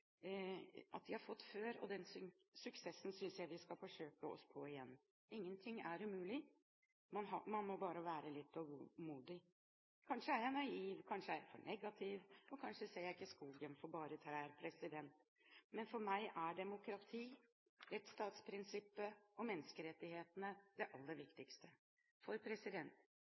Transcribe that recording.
at de har fått før, og den suksessen synes jeg vi skal forsøke oss på igjen. Ingenting er umulig – man må bare være litt tålmodig. Kanskje er jeg naiv, kanskje er jeg for negativ, og kanskje ser jeg ikke skogen for bare trær. Men for meg er demokrati, rettsstatsprinsippet og menneskerettighetene det aller